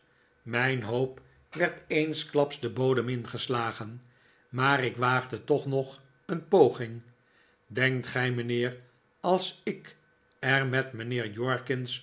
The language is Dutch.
mijn hoop werd eensklaps de bodem ingeslagen maar ik waagde toch nog een poging denkt gij mijnheer als ik er met mijnheer